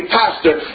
pastor